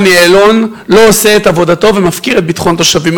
יעלון לא עושה את עבודתו ומפקיר את ביטחון התושבים.